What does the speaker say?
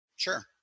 Sure